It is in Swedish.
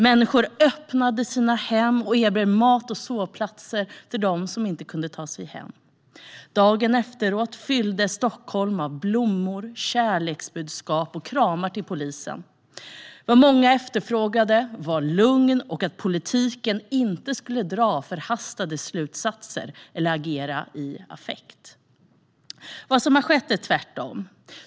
Människor öppnade sina hem och erbjöd mat och sovplatser till dem som inte kunde ta sig hem. Dagen efter fylldes Stockholm av blommor, kärleksbudskap och kramar till polisen. Vad många efterfrågade var lugn och att politiken inte skulle dra förhastade slutsatser eller agera i affekt. Vad som har skett är tvärtom.